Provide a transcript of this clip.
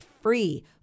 free